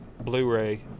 Blu-ray